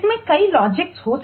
इसमें कई लॉजिक्स हो